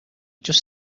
just